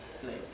please